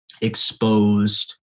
exposed